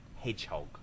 hedgehog